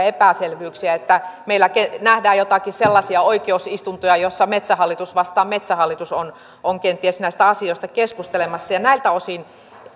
epäselvyyksiä että meillä nähdään joitakin sellaisia oikeusistuntoja joissa metsähallitus vastaan metsähallitus on on kenties näistä asioista keskustelemassa näiltä osin